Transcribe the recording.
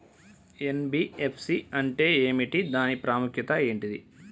NBFC అంటే ఏమిటి దాని ప్రాముఖ్యత ఏంటిది?